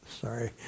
Sorry